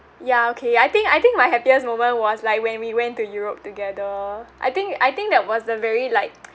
ya okay I think I think my happiest moment was like when we went to europe together I think I think that was the very like